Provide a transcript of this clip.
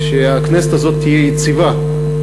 שהכנסת הזאת תהיה יציבה,